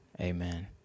Amen